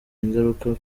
ingaruka